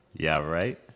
yeah, right?